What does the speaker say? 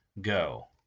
go